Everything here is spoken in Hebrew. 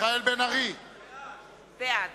בעד